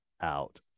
out